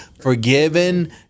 forgiven